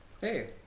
Hey